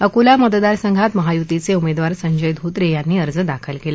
अकोला मतदार संघात महायुतीच उमद्वार संजय धोत्र्यांनी अर्ज दाखल कल्ला